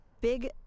big